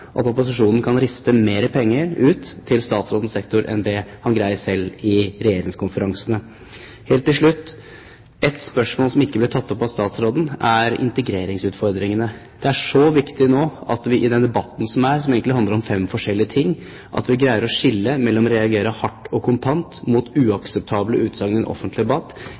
at opposisjonen kan riste mer penger ut til statsrådens sektor enn det han greier selv i regjeringskonferansene. Helt til slutt: Et spørsmål som ikke ble tatt opp av statsråden, er integreringsutfordringene. Det er så viktig nå at vi i den debatten som er, som egentlig handler om fem forskjellige ting, greier å skille mellom det å reagere hardt og kontant mot uakseptable utsagn i den offentlige debatt